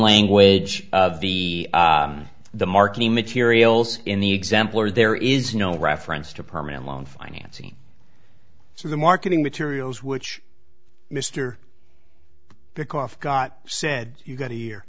language of the the marketing materials in the example are there is no reference to permanent loan financing so the marketing materials which mr because got said you got a year